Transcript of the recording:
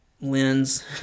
lens